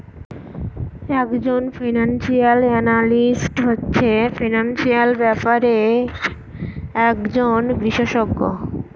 এক জন financial analyst হচ্ছে ফিনান্সিয়াল ব্যাপারের একজন বিশষজ্ঞ